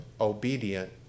obedient